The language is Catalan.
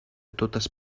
totes